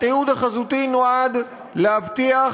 התיעוד החזותי נועד להבטיח